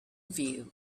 view